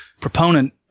proponent